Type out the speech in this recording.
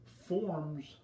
forms